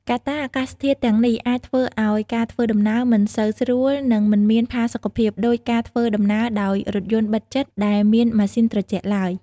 កត្តាអាកាសធាតុទាំងនេះអាចធ្វើឱ្យការធ្វើដំណើរ មិនសូវស្រួល និងមិនមានផាសុខភាព ដូចការធ្វើដំណើរដោយរថយន្តបិទជិតដែលមានម៉ាស៊ីនត្រជាក់ឡើយ។